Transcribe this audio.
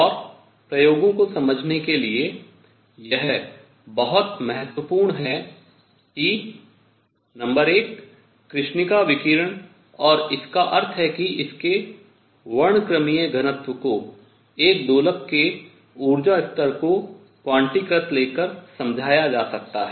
और प्रयोगों को समझने के लिए यह बहुत महत्वपूर्ण है कि नंबर एक कृष्णिका विकिरण और इसका अर्थ है कि इसके वर्णक्रमीय घनत्व को एक दोलक के ऊर्जा स्तर को क्वांटीकृत लेकर समझाया जा सकता है